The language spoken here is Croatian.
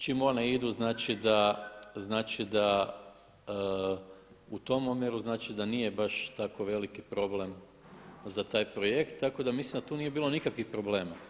Čime one idu znači da u tom omjeru znači da nije baš tako veliki problem za taj projekt, tako da mislim da tu nije bilo nikakvih problema.